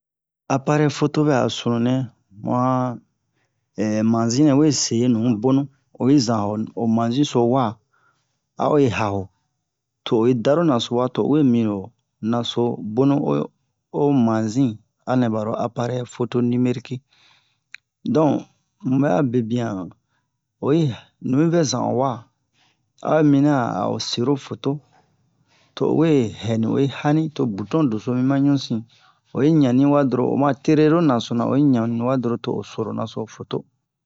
aparɛyi foto bɛ'a sunu nɛ mu a manzi nɛ we se nu bonu oyi zan ho ho manzi so wa a'o yi ha'o to oyi daro naso wa to o we miro naso bonu o o manzi anɛ baro aparɛ'i foto niberiki don ni bɛ'a bebian oyi nu hi vɛ zan o wa a'o yi mina a'o sero foto to owe hɛ ni oyi ha ni to buton deso mi ma ɲusin oyi ɲani wa donron o ma tere ro naso na oyi ɲa ni wa donron to o so ro naso foto